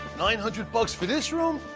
nine hundred bucks for this room?